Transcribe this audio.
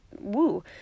woo